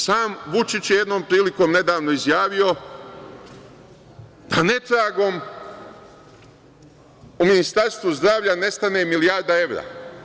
Sam Vučić je jednom prilikom nedavno izjavio da netragom u Ministarstvu zdravlja nestane milijarda evra.